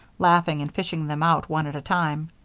laughing and fishing them out one at a time.